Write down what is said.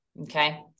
Okay